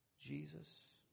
Jesus